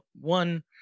One